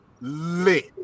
lit